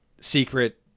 secret